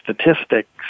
statistics